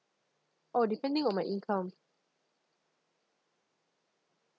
oh depending on my income